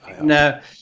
no